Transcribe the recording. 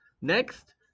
Next